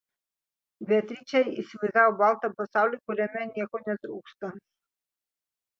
beatričė įsivaizdavo baltą pasaulį kuriame nieko netrūksta